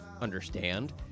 understand